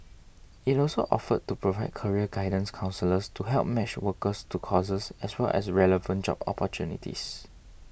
it also offered to provide career guidance counsellors to help match workers to courses as well as relevant job opportunities